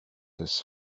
his